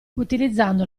utilizzando